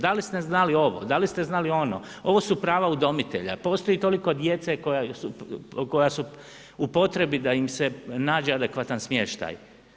Da li ste znali ovo, da li ste znali ono, ovo su prava udomitelja, postoji toliko djece koja su u potrebi da im se nađe adekvatan smještaj.